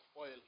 oil